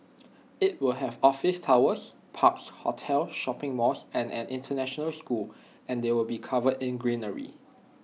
IT will have office towers parks hotels shopping malls and an International school and they will be covered in greenery